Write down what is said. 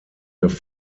have